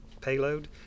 payload